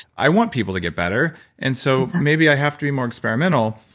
i want people to get better and so maybe i have to be more experimental.